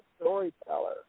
storyteller